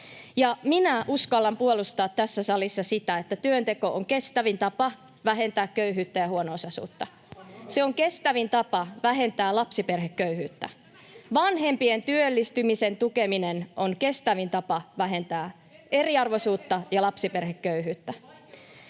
Minä uskallan puolustaa tässä salissa sitä, että työnteko on kestävin tapa vähentää köyhyyttä ja huono-osaisuutta. Se on kestävin tapa vähentää lapsiperheköyhyyttä. Vanhempien työllistymisen tukeminen on kestävin tapa vähentää eriarvoisuutta ja lapsiperheköyhyyttä.